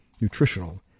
nutritional